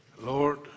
Lord